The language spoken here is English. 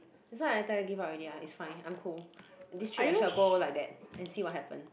that's why I tell you give up already ah it's fine I'm cool this trip I shall go like that and see what happens